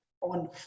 on